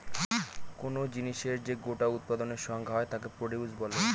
কোন জিনিসের যে গোটা উৎপাদনের সংখ্যা হয় তাকে প্রডিউস বলে